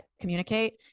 communicate